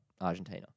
Argentina